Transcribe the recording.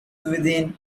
within